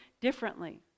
differently